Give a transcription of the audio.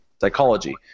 psychology